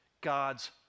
God's